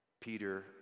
Peter